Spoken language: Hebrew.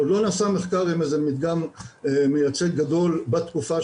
עוד לא נעשה מחקר עם מדגם מייצג גדול בתקופה